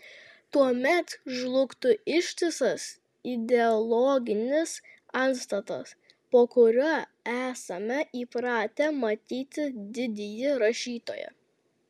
tuomet žlugtų ištisas ideologinis antstatas po kuriuo esame įpratę matyti didįjį rašytoją